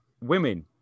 women